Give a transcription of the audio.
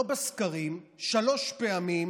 לא בסקרים, שלוש פעמים